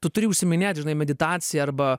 tu turi užsiiminėt žinai meditacija arba